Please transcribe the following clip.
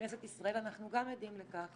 ובכנסת ישראל אנחנו גם עדים לכך